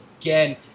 again